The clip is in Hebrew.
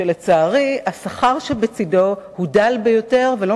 שלצערי השכר שבצדו הוא דל ביותר ולא